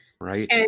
Right